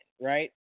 right